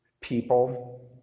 people